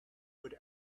would